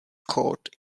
caught